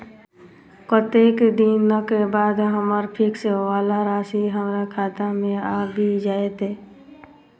कत्तेक दिनक बाद हम्मर फिक्स वला राशि हमरा खाता मे आबि जैत?